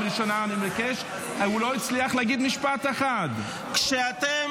מה כתוב